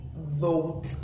vote